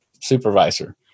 supervisor